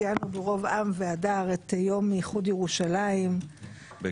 מיינו ברוב עם והדר את יום איחוד ירושלים בגאווה,